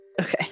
Okay